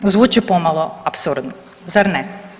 Zvuči pomalo apsurdno, zar ne?